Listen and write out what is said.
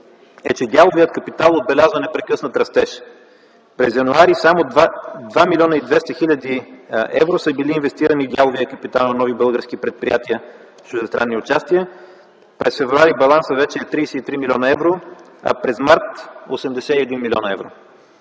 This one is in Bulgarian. е, че дяловият капитал отбелязва непрекъснат растеж. През м. януари само 2 млн. 200 хил. евро са били инвестирани в дяловия капитал на нови български предприятия с чуждестранни участия, през м. февруари балансът вече е 33 млн. евро, а през м. март – 81 млн. евро.